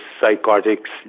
psychotics